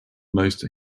most